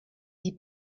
die